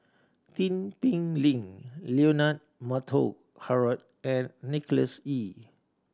Tin Pei Ling Leonard Montague Harrod and Nicholas Ee